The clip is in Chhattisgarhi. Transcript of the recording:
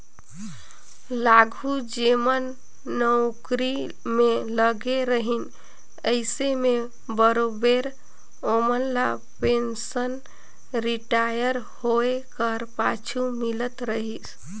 आघु जेमन नउकरी में लगे रहिन अइसे में बरोबेर ओमन ल पेंसन रिटायर होए कर पाछू मिलत रहिस